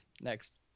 next